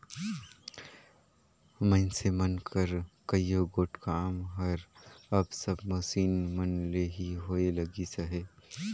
मइनसे मन कर कइयो गोट काम हर अब सब मसीन मन ले ही होए लगिस अहे